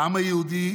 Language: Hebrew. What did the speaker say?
העם היהודי